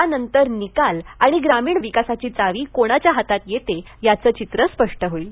यानंतर निकाल आणि ग्रामीण विकासाची चावी कोणाच्या हाती येते याचं चित्र स्पष्ट होईल